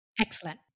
Excellent